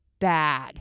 bad